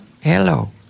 Hello